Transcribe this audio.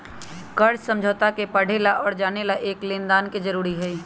कर्ज समझौता के पढ़े ला और जाने ला एक लेनदार के जरूरी हई